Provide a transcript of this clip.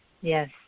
Yes